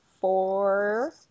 four